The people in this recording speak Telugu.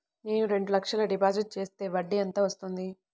నేను రెండు లక్షల డిపాజిట్ చేస్తే వడ్డీ ఎంత వస్తుంది?